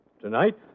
Tonight